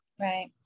right